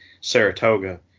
Saratoga